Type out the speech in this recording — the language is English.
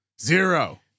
Zero